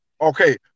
Okay